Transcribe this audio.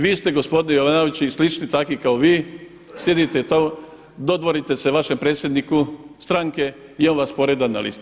Vi ste gospodine Jovanoviću i slični takvi kao vi, sjedite tamo, dodvorite se vašem predsjedniku stranke i on vas poreda na listu.